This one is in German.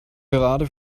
gerade